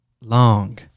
long